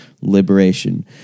liberation